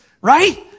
right